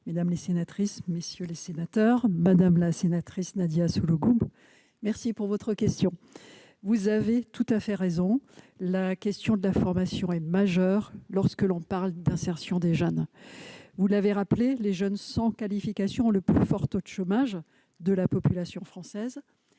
Mme la ministre déléguée. Madame la sénatrice Nadia Sollogoub, je vous remercie de votre question. Vous avez tout à fait raison, la question de la formation est essentielle lorsque l'on parle de l'insertion des jeunes. Vous l'avez rappelé, les jeunes sans qualification ont le plus fort taux de chômage de la population française.